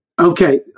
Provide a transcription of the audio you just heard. okay